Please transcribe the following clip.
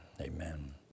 amen